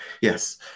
Yes